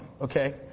okay